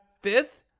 Fifth